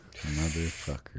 Motherfucker